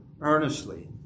earnestly